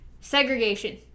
segregation